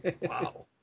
Wow